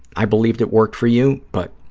i believed it worked for you, but,